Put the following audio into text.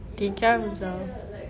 take care of himself